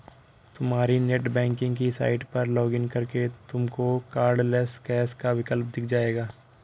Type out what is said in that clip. तुम्हारी नेटबैंकिंग की साइट पर लॉग इन करके तुमको कार्डलैस कैश का विकल्प दिख जाएगा